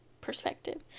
perspective